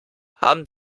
haben